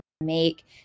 make